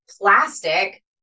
plastic